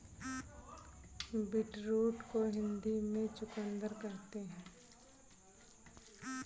beetroot को हिंदी में चुकंदर कहते हैं